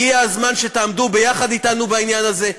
הגיע הזמן שתעמדו יחד אתנו בעניין הזה,